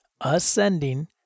ascending